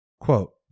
Quote